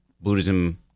Buddhism